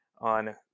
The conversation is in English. on